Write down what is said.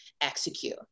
execute